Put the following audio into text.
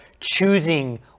choosing